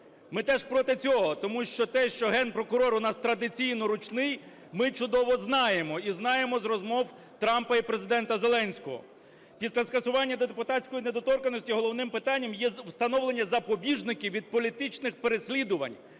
Ми теж проти цього. Тому що те, що Генпрокурор у нас традиційно ручний, ми чудово знаємо і знаємо з розмов Трампа і Президента Зеленського. Після скасування депутатської недоторканності головним питанням є встановлення запобіжників від політичних переслідувань.